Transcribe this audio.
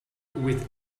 with